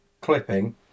clipping